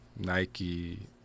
Nike